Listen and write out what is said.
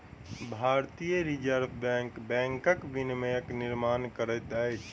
भारतीय reserve bank बैंकक विनियमक निर्माण करैत अछि